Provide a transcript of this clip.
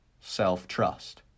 self-trust